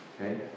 Okay